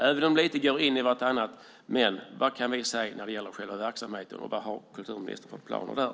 Även om de lite går in i varandra undrar jag: Vad kan vi se när det gäller själva verksamheten och vad har kulturministern för planer där?